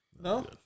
No